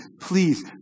please